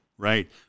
Right